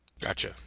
Gotcha